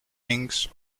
kings